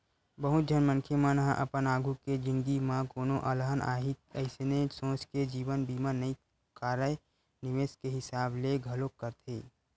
बहुत झन मनखे मन ह अपन आघु के जिनगी म कोनो अलहन आही अइसने सोच के जीवन बीमा नइ कारय निवेस के हिसाब ले घलोक करथे